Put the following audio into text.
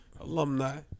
Alumni